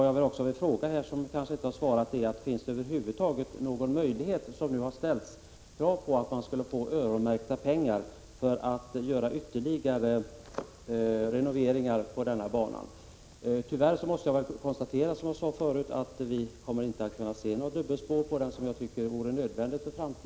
Jag vill fråga: Finns det över huvud taget möjlighet att, som det har ställts krav på, avsätta öronmärkta pengar för att göra ytterligare renoveringar på denna bana? Tyvärr måste jag konstatera att det inte kommer att bli något dubbelspår på Bohusbanan i framtiden, som jag tycker vore nödvändigt.